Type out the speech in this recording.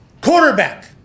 quarterback